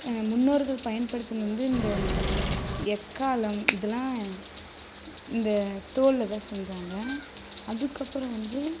முன்னோர்கள் பயன்படுத்தினது வந்து இந்த எக்காளம் இதலாம் இந்த தோலில் தான் செஞ்சாங்க அதுக்கப்புறம் வந்து